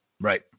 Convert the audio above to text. Right